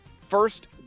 first